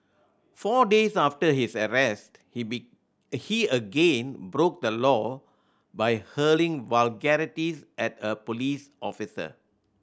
four days after his arrest he be he again broke the law by hurling vulgarities at a police officer